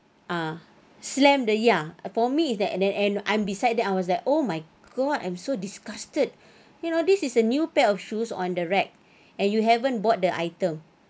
ah slam the ya for me is that then and I'm beside that I was like oh my god I'm so disgusted you know this is a new pair of shoes on the rack and you haven't bought the item